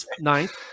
ninth